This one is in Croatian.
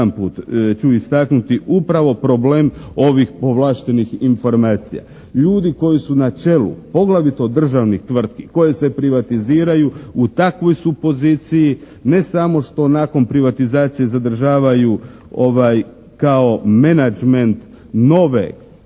jedanput ću istaknuti upravo problem ovih povlaštenih informacija. Ljudi koji su na čelu poglavito državnih tvrtki koje se privatiziraju u takvoj su poziciji ne samo što nakon privatizacije zadržavaju kao menagment nove